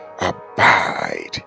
abide